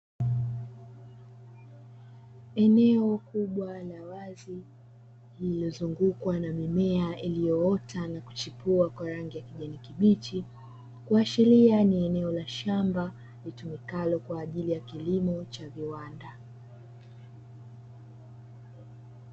Eneo kubwa la wazi lilozungukwa na mimea iliyoota na kuchipua kwa rangi ya kijani kibichi kuashiria ni eneo la shamba litumikalo kwa ajili ya kilimo cha viwanda.